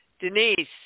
Denise